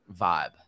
vibe